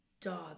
dog